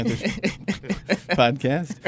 podcast